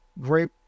great